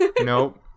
Nope